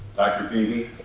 dr. beeby?